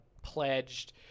pledged